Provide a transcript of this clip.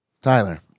Tyler